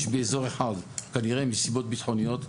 יש באזור אחד כנראה מסיבות ביטחוניות,